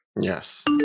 Yes